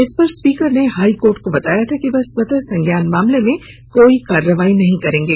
इस पर स्पीकर ने हाई कोर्ट को बताया था कि वह स्वतः संज्ञान मामले में कोई कार्रवाई नहीं करेंगे